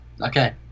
okay